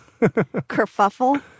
kerfuffle